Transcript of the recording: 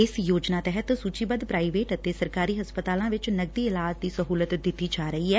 ਇਸ ਯੋਜਨਾ ਤਹਿਤ ਸੂਚੀਬੱਧ ਪ੍ਰਾਈਵੇਟ ਅਤੇ ਸਰਕਾਰੀ ਹਸਪਤਾਲਾਂ ਵਿਚ ਨਗਦੀ ਇਲਾਜ ਦੀ ਸਹੂਲਤ ਦਿੱਤੀ ਜਾ ਰਹੀ ਐ